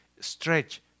Stretch